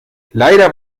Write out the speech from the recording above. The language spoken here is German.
leider